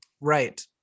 right